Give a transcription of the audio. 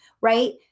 right